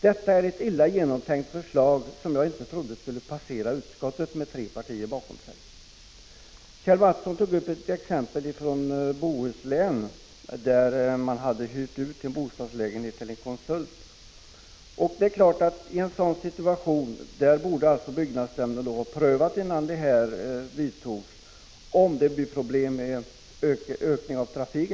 Detta är ett illa genomtänkt förslag, som jag inte trodde att tre partier skulle ställa sig bakom i utskottet. Kjell A. Mattsson anförde ett exempel från Bohuslän, där man hade hyrt ut en bostadslägenhet till en konsult. Det är klart att i en sådan situation borde byggnadsnämnden innan åtgärder vidtogs ha undersökt om det skulle bli problem exempelvis genom ökning av trafiken.